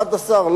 11,